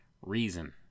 Reason